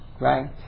right